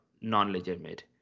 non-legitimate